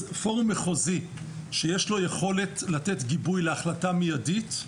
פורום מחוזי שיש לו יכולת לתת גיבוי להחלטה מידית,